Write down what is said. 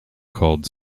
called